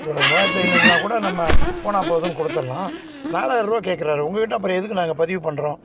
ஒரு மூவாயிரத்தி ஐந்நூறுனா கூட நம்ம போனால் போகுதுன்னு கொடுத்துட்லாம் நாலாயிரரூவா கேட்குறாரு உங்கள்கிட்ட அப்புறம் எதுக்கு நாங்கள் பதிவு பண்ணுறோம்